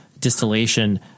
distillation